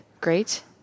Great